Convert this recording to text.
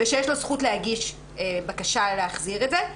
ושיש לו זכות להגיש בקשה להחזיר את זה.